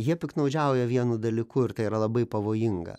jie piktnaudžiauja vienu dalyku ir tai yra labai pavojinga